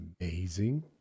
amazing